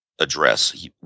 address